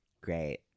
Great